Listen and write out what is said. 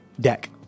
deck